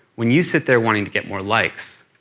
when you sit there wanting to get more likes,